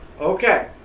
Okay